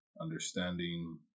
understanding